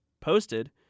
posted